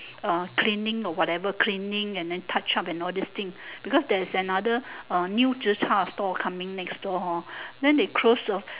orh cleaning whatever cleaning and then touch up all this thing because there is another uh new zi char stall coming next door hor then they close